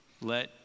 let